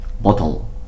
bottle